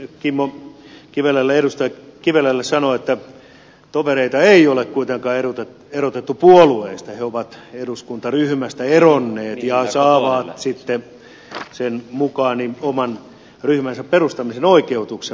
täytyy nyt edustaja kivelälle sanoa että tovereita ei ole kuitenkaan erotettu puolueesta he ovat eduskuntaryhmästä eronneet ja saavat sitten sen mukaan oman ryhmänsä perustamisen oikeutuksen